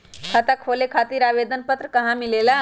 खाता खोले खातीर आवेदन पत्र कहा मिलेला?